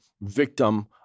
victim